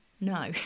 no